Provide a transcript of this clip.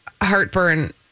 heartburn